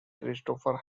christopher